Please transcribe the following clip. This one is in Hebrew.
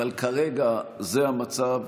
אבל כרגע זה המצב,